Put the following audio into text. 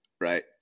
right